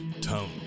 tone